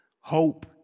Hope